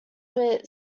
wit